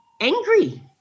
Angry